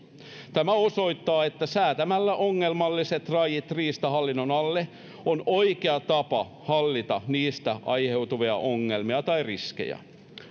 tämä osoittaa että ongelmallisten lajien säätäminen riistahallinnon alle on oikea tapa hallita niistä aiheutuvia ongelmia tai riskejä